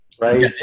right